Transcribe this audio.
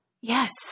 Yes